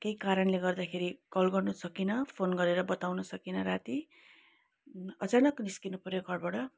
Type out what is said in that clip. केही कारणले गर्दाखेरि कल गर्नु सकिन फोन गरेर बताउन सकिन रातिअचानक निस्किनु पऱ्यो घरबाट